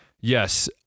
Yes